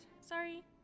Sorry